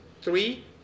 Three